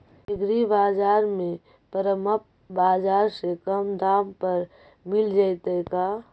एग्रीबाजार में परमप बाजार से कम दाम पर मिल जैतै का?